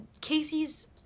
Casey's